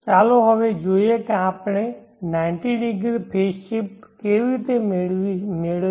ચાલો હવે જોઈએ કે આપણે 90 °ડિગ્રી ફેઝ શિફ્ટ કેવી રીતે મેળવીએ